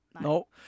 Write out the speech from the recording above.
No